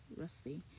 rusty